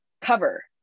cover